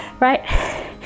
Right